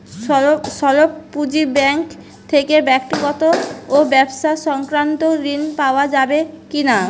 স্বল্প পুঁজির ব্যাঙ্ক থেকে ব্যক্তিগত ও ব্যবসা সংক্রান্ত ঋণ পাওয়া যাবে কিনা?